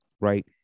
right